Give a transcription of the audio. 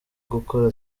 gukora